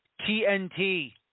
TNT